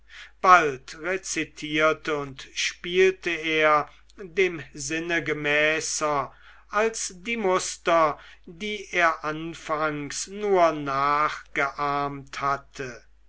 bald rezitierte und spielte er dem sinne gemäßer als die muster die er anfangs nur nachgeahmt hatte